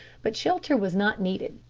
but shelter was not needed.